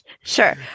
sure